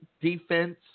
defense